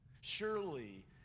Surely